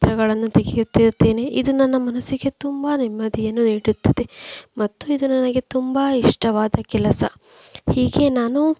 ಚಿತ್ರಗಳನ್ನು ತೆಗೆಯುತ್ತಿರುತ್ತೇನೆ ಇದು ನನ್ನ ಮನಸ್ಸಿಗೆ ತುಂಬ ನೆಮ್ಮದಿಯನ್ನು ನೀಡುತ್ತದೆ ಮತ್ತು ಇದು ನನಗೆ ತುಂಬ ಇಷ್ಟವಾದ ಕೆಲಸ ಹೀಗೆ ನಾನು